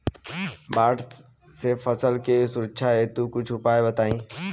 बाढ़ से फसल के सुरक्षा हेतु कुछ उपाय बताई?